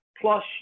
plus